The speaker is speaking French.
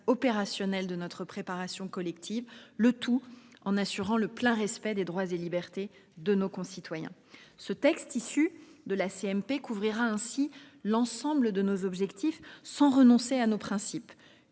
opérationnelle de notre préparation collective, tout en assurant le plein respect des droits et libertés de nos concitoyens. Ce texte couvrira ainsi l'ensemble de nos objectifs sans renoncer à nos principes